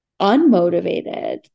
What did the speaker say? unmotivated